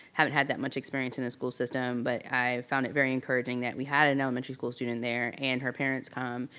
haven't had that much experience in the school system, but i found it very encouraging that we had an elementary school student there and her parents come.